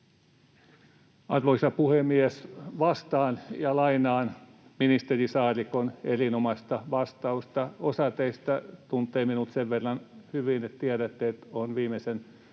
Arvoisa puhemies! Vastaan ja lainaan ministeri Saarikon erinomaista vastausta. Osa teistä tuntee minut sen verran hyvin, että tiedätte, että olen viimeisen